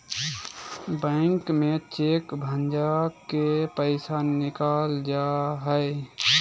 bank में cheque भंजा के पैसा निकालल जा हय